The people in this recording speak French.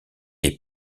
est